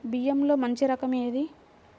బియ్యంలో మంచి రకం ఏది?